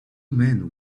men